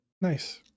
Nice